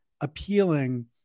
appealing